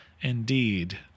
indeed